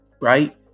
right